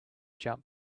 jump